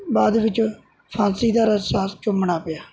ਬਾਅਦ ਵਿਚ ਫਾਂਸੀ ਦਾ ਰੱਸਾ ਚੁੰਮਣਾ ਪਿਆ